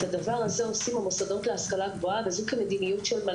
זו אוטונומיה של המוסדות.